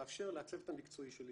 לאפשר לצוות המקצועי שלי